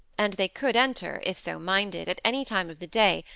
and they could enter, if so minded, at any time of the day,